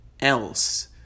else